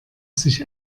sich